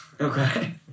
Okay